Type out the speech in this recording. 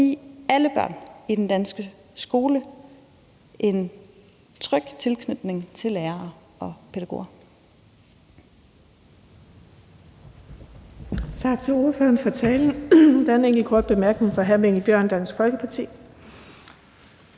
give alle børn i den danske skole en tryg tilknytning til lærere og pædagoger.